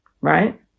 right